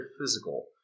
physical